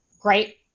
great